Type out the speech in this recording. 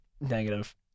negative